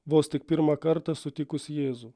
vos tik pirmą kartą sutikus jėzų